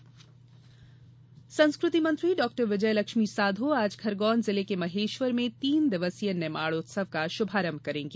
निमाड़ उत्सव संस्कृति मंत्री डॉ विजयलक्ष्मी साधौ आज खरगोन जिले के महेश्वर में तीन दिवसीय निमाड़ उत्सव का शुभारंभ करेंगी